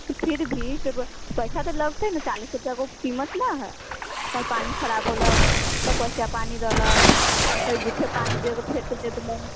तऽ फिर भी तऽ पैसा तऽ लगतै ने चालीस रुपैआ ओकर कीमत ने हइ कहीँ पानि खराब होलक तऽ बसिया पानि रहलक कोइ जूठे पानि दऽ फेँटि कऽ दऽ देलक